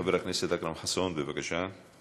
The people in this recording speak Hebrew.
חבר הכנסת אכרם חסון, בבקשה.